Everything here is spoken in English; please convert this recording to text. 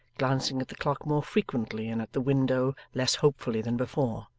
glancing at the clock more frequently and at the window less hopefully than before.